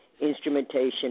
instrumentation